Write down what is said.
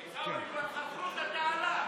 עיסאווי, כבר חפרו את התעלה.